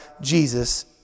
Jesus